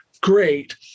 great